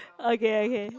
okay okay